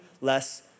less